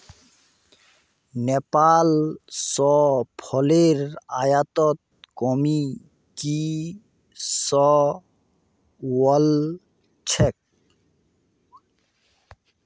नेपाल स फलेर आयातत कमी की स वल छेक